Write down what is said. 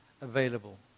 available